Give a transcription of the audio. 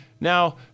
Now